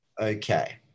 Okay